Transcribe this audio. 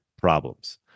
problems